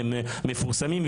הם מפורסמים,